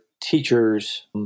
teachers